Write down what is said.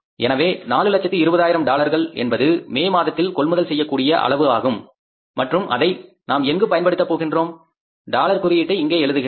எனவே 420000 டாலர்கள் என்பது மே மாதத்தில் கொள்முதல் செய்யக்கூடிய அளவு ஆகும் மற்றும் அதை நாம் எங்கு பயன்படுத்த போகின்றோம் டாலர் குறியீட்டை இங்கே எழுதுகின்றேன்